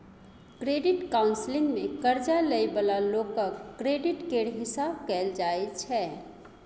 credit counselling मे कर्जा लइ बला लोकक क्रेडिट केर हिसाब कएल जाइ छै